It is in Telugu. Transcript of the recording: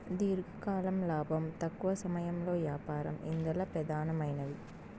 దీర్ఘకాలం లాబం, తక్కవ సమయంలో యాపారం ఇందల పెదానమైనవి